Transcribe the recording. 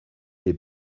est